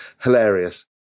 hilarious